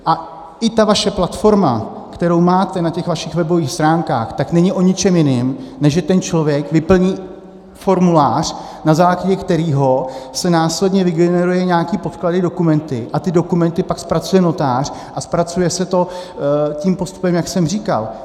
A i ta vaše platforma, kterou máte na vašich webových stránkách, tak není o ničem jiném, než že ten člověk vyplní formulář, na základě kterého si následně vygeneruje nějaké podklady a dokumenty a ty dokumenty pak zpracuje notář, a zpracuje se to tím postupem, jak jsem říkal.